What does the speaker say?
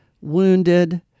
wounded